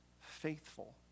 faithful